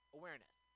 awareness